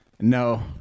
No